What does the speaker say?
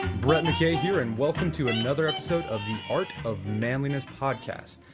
brett mckay here, and welcome to another episode of the art of manliness podcast.